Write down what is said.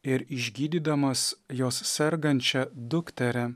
ir išgydydamas jos sergančią dukterį